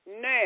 now